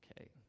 Okay